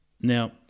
Now